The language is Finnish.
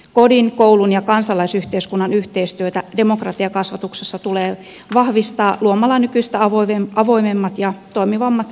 kodin koulun ja kansalaisyhteiskunnan yhteistyötä demokratiakasvatuksessa tulee vahvistaa luomalla nykyistä avoimemmat ja toimivammat yhteistyöverkostot